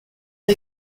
est